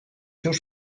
seus